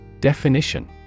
Definition